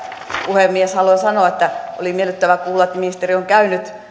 puhemies haluan sanoa että oli miellyttävää kuulla että ministeri on käynyt